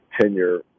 tenure